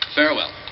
farewell